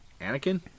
Anakin